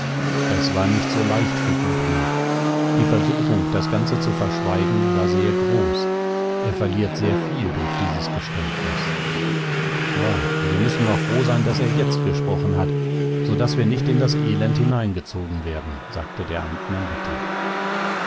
es war nicht so leicht für gudmund die versuchung das ganze zu verschweigen war sehr groß er verliert sehr viel durch dieses geständnis ja wir müssen noch froh sein daß er jetzt gesprochen hat so daß wir nicht in das elend hineingezogen werden sagte der amtmann bitter